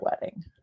wedding